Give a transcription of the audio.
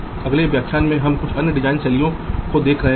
इसके साथ हम इस व्याख्यान के अंत में आते हैं